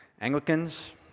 Anglicans